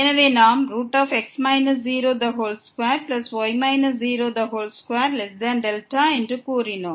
எனவே நாம் 22δ என்று கூறினோம்